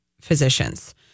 physicians